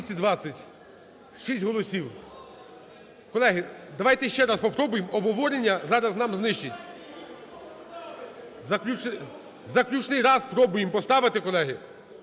голосів. Колеги, давайте ще раз попробуємо. Обговорення зараз нам знищить. Заключний раз пробуємо поставити, колеги,